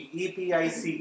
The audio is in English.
epic